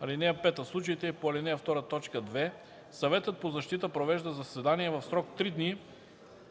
(5) В случаите по ал. 2, т. 2 Съветът по защита провежда заседание в срок три дни